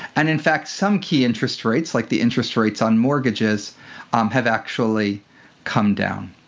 and in fact, some key interest rates like the interest rates on mortgages um have actually come down.